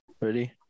ready